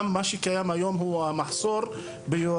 גם מה שקיים היום הוא המחסור ביועצות